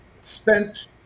spent